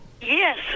Yes